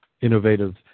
Innovative